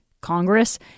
Congress